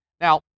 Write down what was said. Now